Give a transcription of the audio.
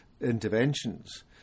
interventions